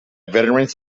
veterans